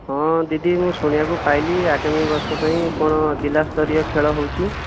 ହଁ ଦିଦି ମୁଁ ଶୁଣିବାକୁ ପାଇଲି ଆଗାମୀ ବର୍ଷ ପାଇଁ କ'ଣ ଜିଲ୍ଲା ସ୍ତରୀୟ ଖେଳ ହେଉଛି